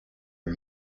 are